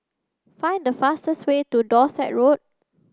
find the fastest way to Dorset Road